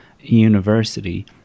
university